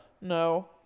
No